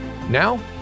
Now